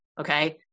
okay